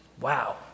Wow